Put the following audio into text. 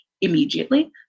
immediately